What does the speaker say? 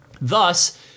Thus